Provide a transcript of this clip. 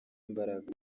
imbaraga